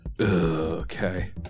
Okay